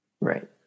right